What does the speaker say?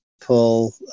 people